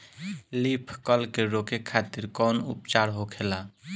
Leaf curl के रोके खातिर कउन उपचार होखेला?